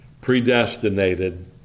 predestinated